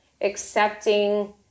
accepting